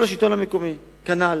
עכשיו לשלטון המקומי, כנ"ל.